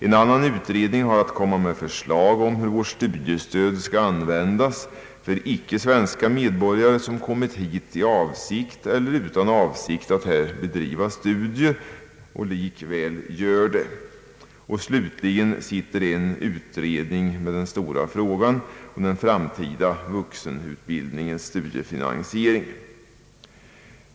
En annan utredning har att avge förslag om hur vårt studiestöd skall användas för icke svenska medborgare som kommer hit med eller utan avsikt att bedriva studier och oavsett avsikten alliså bedriver studier här. Slutligen arbetar en utredning med den stora frågan om den framtida vuxenutbildningens studiefinansiering.